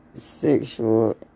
Sexual